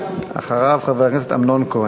אחריו חבר הכנסת אמנון כהן.